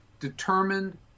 determined